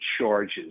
charges